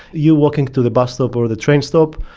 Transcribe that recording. you walking to the bus stop or the train stop,